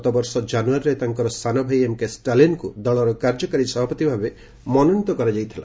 ଗତବର୍ଷ ଜାନୁଆରୀରେ ତାଙ୍କର ସାନ ଭାଇ ଏମ୍କେ ଷ୍ଟାଲିନ୍ଙ୍କୁ ଦଳର କାର୍ଯ୍ୟକାରୀ ସଭାପତି ଭାବେ ମନୋନୀତ କରାଯାଇଥିଲା